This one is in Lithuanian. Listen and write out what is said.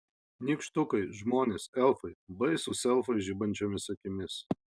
nykštukai žmonės elfai baisūs elfai žibančiomis akimis